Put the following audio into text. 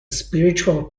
spiritual